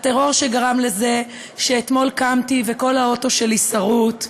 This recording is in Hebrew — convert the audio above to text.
הטרור שגרם לזה שאתמול קמתי וכל האוטו שלי סרוט,